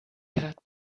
had